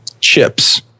chips